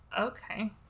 Okay